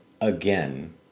again